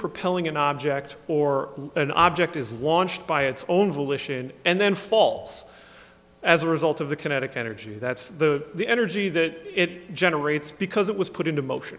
propelling an object or an object is launched by its own volition and then falls as a result of the kinetic energy that's the the energy that it generates because it was put into motion